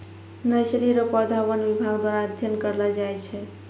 nursery रो पौधा वन विभाग द्वारा अध्ययन करलो जाय छै